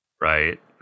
right